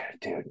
dude